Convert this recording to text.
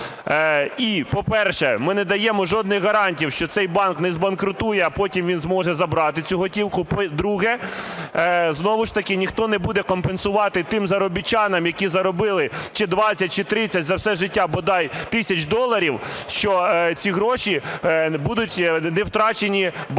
І, по-перше, ми не даємо жодних гарантій, що цей банк не збанкрутує, а потім він зможе забрати цю готівку. Друге: знову ж таки, ніхто не буде компенсувати тим заробітчанам, які заробили чи 20, чи 30 за все життя бодай тисяч доларів, що ці гроші будуть не втрачені в банківській